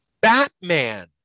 batman